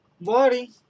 Worry